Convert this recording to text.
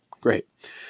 Great